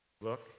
look